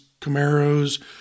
Camaros